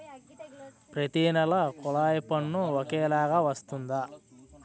ప్రతి నెల కొల్లాయి పన్ను ఒకలాగే వస్తుందా?